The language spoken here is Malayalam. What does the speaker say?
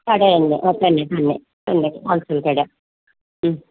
കട തന്നെ ഓ തന്നെ തന്നെ തന്നെ ഹോൾസെയില് കട